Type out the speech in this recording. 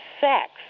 sex